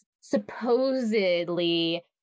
supposedly